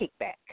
Kickback